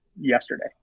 yesterday